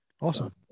awesome